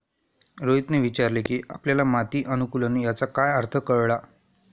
रोहितने विचारले की आपल्याला माती अनुकुलन याचा काय अर्थ कळला?